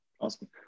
Awesome